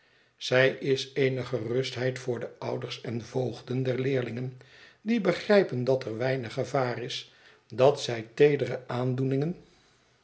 zij is eene gerustheid voor de ouders en voogden der leerlingen die begrijpen dat er weinig gevaar is dat zij teedere aandoeningen